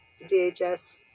DHS